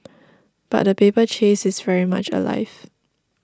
but the paper chase is very much alive